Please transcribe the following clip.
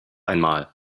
einmal